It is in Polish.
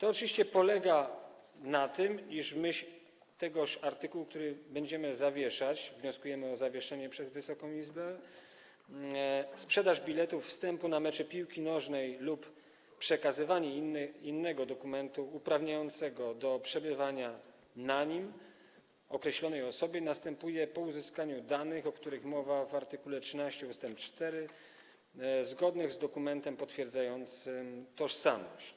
Oczywiście chodzi o to, iż w myśl tegoż artykułu, który będziemy zawieszać, o którego zawieszenie przez Wysoką Izbę wnioskujemy, sprzedaż biletu wstępu na mecze piłki nożnej lub przekazanie innego dokumentu uprawniającego do przebywania na nim określonej osobie następuje po uzyskaniu danych, o których mowa w art. 13 ust. 4, zgodnych z dokumentem potwierdzającym tożsamość.